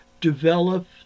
develop